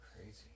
Crazy